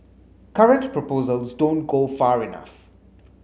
current proposals don't go far enough